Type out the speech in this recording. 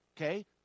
okay